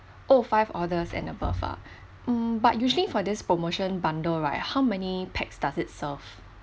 oh five orders and above ah mm but usually for this promotion bundle right how many pax does it serve